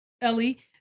Ellie